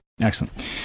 excellent